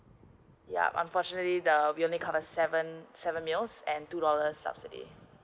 yup unfortunately that we only cover seven seven meals and two dollars subsidy